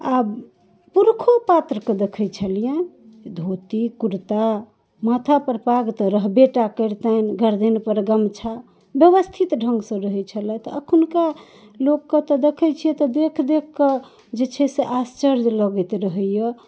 आब पुरुखो पात्रके देखै छलियनि धोती कुर्ता माथापर पाग तऽ रहबे टा करतनि गर्दैनपर गमछा व्यवस्थित ढङ्गसँ रहै छलथि एखुनका लोकके तऽ देखै छियै तऽ देख देख कऽ जे छै से आश्चर्य लगैत रहैये